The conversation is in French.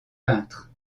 peintre